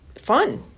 fun